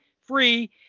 free